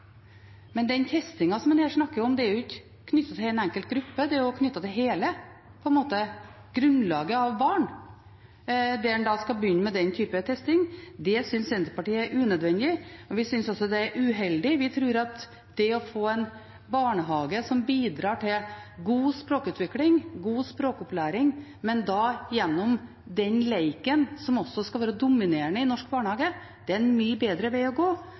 Men den testingen som han her snakker om, er ikke knyttet til en enkelt gruppe, det er knyttet til hele grunnlaget av barn, der en da skal begynne med den type testing. Det synes Senterpartiet er unødvendig, og vi synes også det er uheldig. Vi tror at det å få en barnehage som bidrar til god språkutvikling, god språkopplæring, men da gjennom den leken som også skal være dominerende i norsk barnehage, er en mye bedre vei å gå,